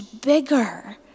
bigger